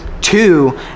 Two